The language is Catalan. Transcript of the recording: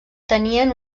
tenien